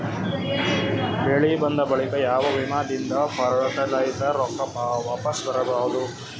ಬೆಳಿ ಬಂದ ಬಳಿಕ ಯಾವ ವಿಮಾ ದಿಂದ ಫರಟಿಲೈಜರ ರೊಕ್ಕ ವಾಪಸ್ ಪಡಿಬಹುದು?